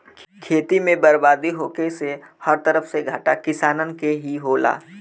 खेती में बरबादी होखे से हर तरफ से घाटा किसानन के ही होला